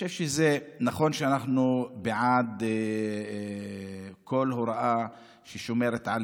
נכון שאנחנו בעד כל הוראה ששומרת על